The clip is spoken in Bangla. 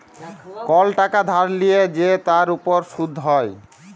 কল টাকা ধার লিয়ে যে তার উপর শুধ হ্যয়